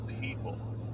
people